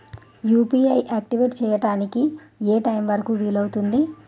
UPI activate చెయ్యడానికి ఏ time వరుకు వీలు అవుతుంది?